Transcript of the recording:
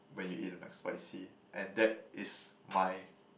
when you eat the McSpicy and that is my